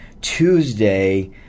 Tuesday